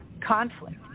conflict